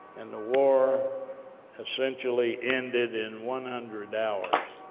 and the war essentially ended in one hundred hours.